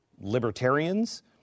libertarians